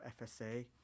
FSA